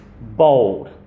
bold